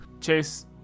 Chase